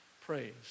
Praise